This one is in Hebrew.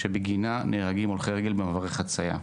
שבגינה נהרגים הולכי רגל במעבר חציה.